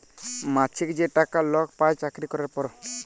মাছিক যে টাকা লক পায় চাকরি ক্যরার পর